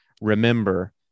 remember